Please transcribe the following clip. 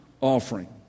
offering